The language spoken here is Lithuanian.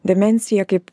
demencija kaip